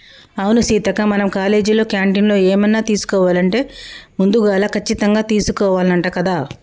అవును సీతక్క మనం కాలేజీలో క్యాంటీన్లో ఏమన్నా తీసుకోవాలంటే ముందుగాల కచ్చితంగా తీసుకోవాల్నంట కదా